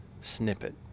snippet